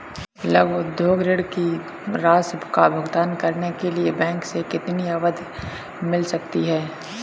लघु उद्योग ऋण की राशि का भुगतान करने के लिए बैंक से कितनी अवधि मिल सकती है?